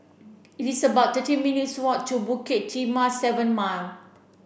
it is about thirty minutes' walk to Bukit Timah Seven Mile